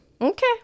okay